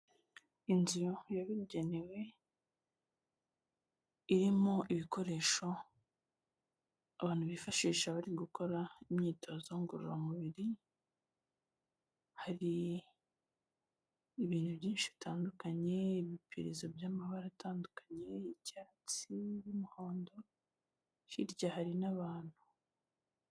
Inzu yabugenewe irimo ibikoresho abantu bifashisha bari gukora imyitozo ngororamubiri, hari ibintu byinshi bitandukanye, ibipirizo by'amabara atandukanye y'icyatsi n'umuhondo, hirya hari n'abantu.